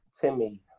Timmy